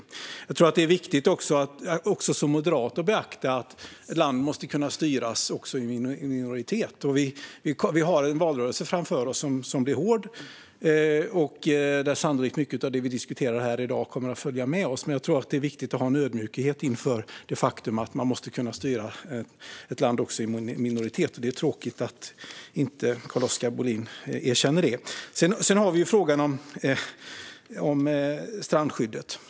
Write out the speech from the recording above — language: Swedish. Jag tror också att det är viktigt att som moderat beakta att landet måste kunna styras också i minoritet. Vi har en valrörelse framför oss som blir hård och där sannolikt mycket av det vi diskuterar i dag kommer att följa med oss. Jag tror dock att det är viktigt att ha en ödmjukhet inför det faktum att man måste kunna styra ett land också i minoritet. Det är tråkigt att Carl-Oskar Bohlin inte erkänner det. Carl-Oskar Bohlin tar upp frågan om strandskyddet.